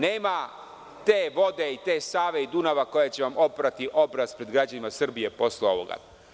Nema te vode i te Save i Dunava koja će vam oprati obraz pred građanima Srbije posle ovoga.